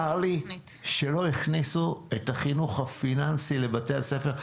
צר לי שלא הכניסו את החינוך הפיננסי לבתי הספר.